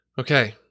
Okay